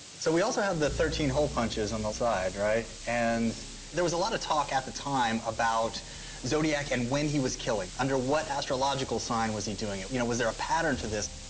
so we also have the thirteen hole punches on the, right? and there was a lot of talk at the time about zodiac and when he was killing, under what astrological sign was he doing it? you know, was there a pattern to this?